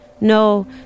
No